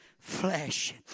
flesh